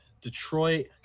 Detroit